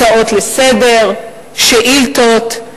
הצעות לסדר-היום, שאילתות.